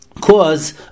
Cause